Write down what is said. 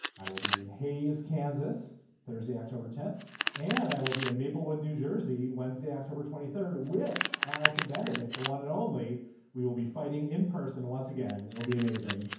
i will be in hays kansas thursday october tenth and i will be in maplewood new jersey wednesday october twenty third with alison benedict the one and only we will be fighting in person once again. it'll be amazing.